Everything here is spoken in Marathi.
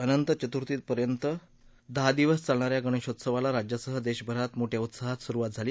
अनंत चतुर्दशी पर्यंत दहा दिवस चालणा या गणेशोत्सवाला राज्यासह देशभरात मोठया उत्साहात सुरुवात झाली